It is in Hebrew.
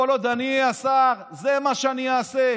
כל עוד אני אהיה השר, זה מה שאני אעשה.